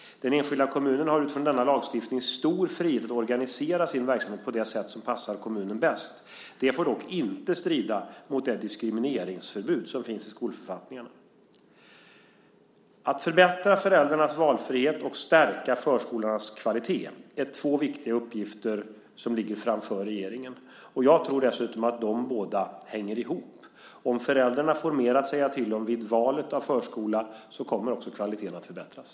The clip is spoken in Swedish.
Den enskilda kommunen har utifrån denna lagstiftning stor frihet att organisera sin verksamhet på det sätt som passar kommunen bäst. Detta får dock inte strida mot det diskrimineringsförbud som finns i skolförfattningarna. Att förbättra föräldrarnas valfrihet och stärka förskolans kvalitet är två viktiga uppgifter som ligger framför regeringen. Jag tror dessutom att de båda hänger ihop: Om föräldrarna får mer att säga till om vid valet av förskola så kommer kvaliteten att förbättras.